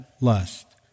lust